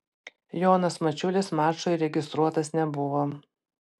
jonas mačiulis mačui registruotas nebuvo